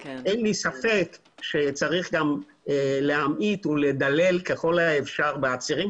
אין לי ספק שצריך גם להמעיט ולדלל ככל האפשר בעצירים.